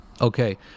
okay